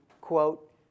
quote